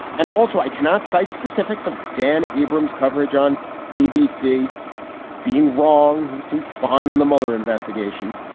and also, i cannot cite specifics of dan abrams coverage on abc being wrong. he seemed fine on the mueller investigation.